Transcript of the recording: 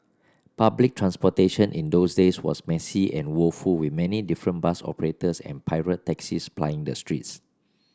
public transportation in those days was messy and woeful with many different bus operators and pirate taxis plying the streets